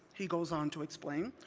he goes on to explain,